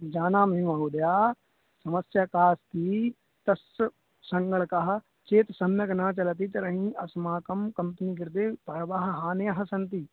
जानामि महोदय समस्या का अस्ति तस्य सङ्गणकः चेत् सम्यग् न चलति तर्हि अस्माकं कम्प्नि कृते बहवः हान्यः सन्ति